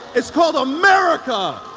it's called america!